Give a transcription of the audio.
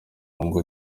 ngo